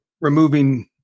removing